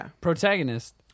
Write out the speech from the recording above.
protagonist